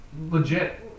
Legit